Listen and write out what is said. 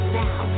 now